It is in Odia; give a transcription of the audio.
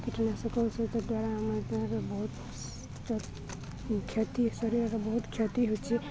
କୀଟନାଶକ ସହିତ ଦ୍ୱାରା ଆମ ଗାଁରେ ବହୁତ କ୍ଷତି ଶରୀରର ବହୁତ କ୍ଷତି ହେଉଛି